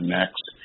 next